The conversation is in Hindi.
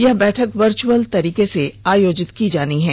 यह बैठक वर्चुअल तरीके से आयोजित की जायेगी